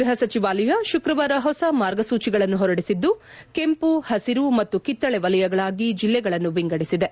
ಗ್ಬಹ ಸಚಿವಾಲಯ ಶುಕ್ರವಾರ ಹೊಸ ಮಾರ್ಗಸೂಚಿಗಳನ್ನು ಹೊರಡಿಸಿದ್ದು ಕೆಂಪು ಹಸಿರು ಮತ್ತು ಕಿತ್ತಳೆ ವಲಯಗಳಾಗಿ ಜಿಲ್ಲೆಗಳನ್ನು ವಿಂಗಡಿಸಿದೆ